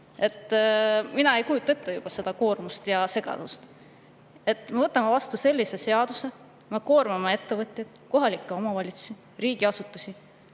Mina ei kujuta ette seda koormust ja segadust. Me võtame vastu sellise seaduse, me koormame ettevõtteid, kohalikke omavalitsusi, riigiasutusi,